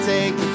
Take